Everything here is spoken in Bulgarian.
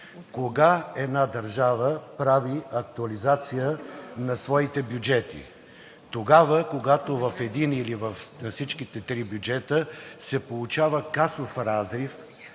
Кога една държава прави актуализация на своите бюджети? Тогава, когато в един или във всичките три бюджета се получава касов разрив,